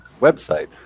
website